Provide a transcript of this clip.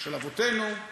של אבותינו.